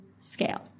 scale